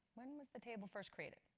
when was the table first created?